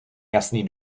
jasný